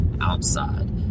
outside